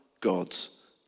God's